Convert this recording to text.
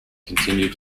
continued